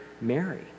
Mary